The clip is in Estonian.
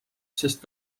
sest